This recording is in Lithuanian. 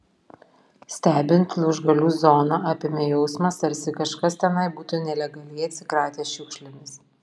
stebint lūžgalių zoną apėmė jausmas tarsi kažkas tenai būtų nelegaliai atsikratęs šiukšlėmis